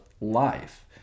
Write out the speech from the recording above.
life